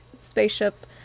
spaceship